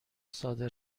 صادر